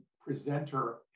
presenter